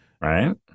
Right